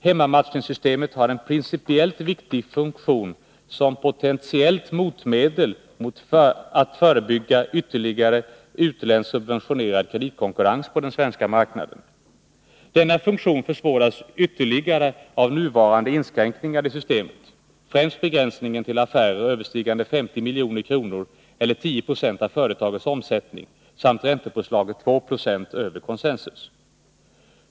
Hemmamatchningssystemet har en principiellt viktig funktion som potentiellt motmedel att förebygga ytterligare utländskt subventionerad kreditkonkurrens på den svenska marknaden. Denna funktion försvåras ytterligare av nuvarande inskränkningar i systemet, främst begränsningen till affärer överstigande 50 milj.kr., eller 10 96 av företagets omsättning, samt räntepåslaget 2 20 över consensus.